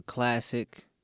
classic